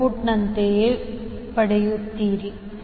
ಔಟ್ಪುಟ್ನಂತೆ ಪಡೆಯುತ್ತೀರಿ